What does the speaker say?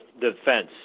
defense